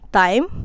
time